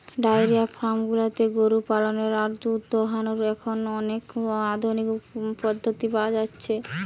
diary farm গুলাতে গরু পালনের আর দুধ দোহানোর এখন অনেক আধুনিক পদ্ধতি পাওয়া যতিছে